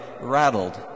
rattled